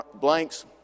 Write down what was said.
blanks